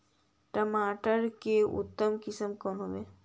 टमाटर के उतम किस्म कौन है?